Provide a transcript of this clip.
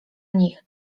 nich